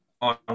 on